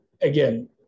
again